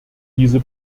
diese